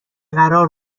قرار